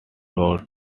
wrote